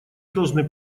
должны